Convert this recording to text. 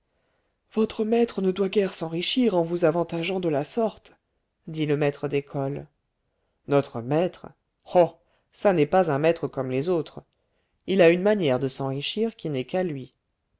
votre maître ne doit guère s'enrichir en vous avantageant de la sorte dit le maître d'école notre maître oh ça n'est pas un maître comme les autres il a une manière de s'enrichir qui n'est qu'à lui